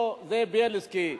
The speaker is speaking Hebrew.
או זאב בילסקי,